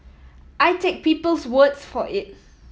I take people's words for it